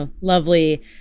lovely